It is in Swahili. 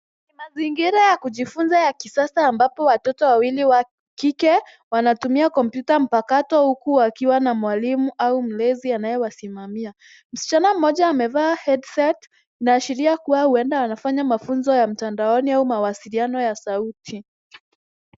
Mazingira ya kujifunza ya kisasa ambapo watoto wawili wa kike wanatumia kompyuta mpakato huku wakiw ana mwalimu au mlezi anayewasimamia. Msichana mmoja amevaa headset . Inaashiria kuwa huenda anafanya mafunzo ya mtandaoni au mawasiliano ya sauti .